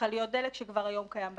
למכליות דלק, שכבר היום קיים בתקנות.